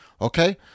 Okay